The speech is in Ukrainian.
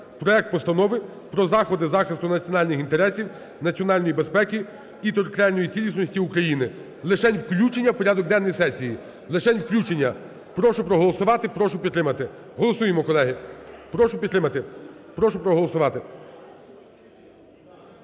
проект Постанови про заходи захисту національних інтересів, національної безпеки і територіальної цілісності України. Лишень включення в порядок денний сесії, лише включення. Прошу проголосувати. Прошу підтримати. Голосуємо, колеги. Прошу підтримати. Прошу проголосувати.